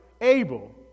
Abel